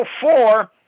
four